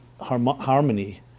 harmony